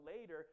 later